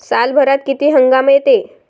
सालभरात किती हंगाम येते?